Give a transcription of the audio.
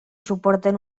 suporten